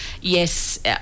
yes